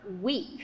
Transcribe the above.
week